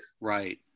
Right